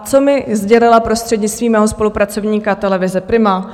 Co mi sdělila prostřednictvím mého spolupracovníka televize Prima?